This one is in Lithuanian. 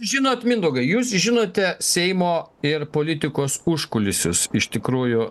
žinot mindaugai jūs žinote seimo ir politikos užkulisius iš tikrųjų